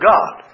God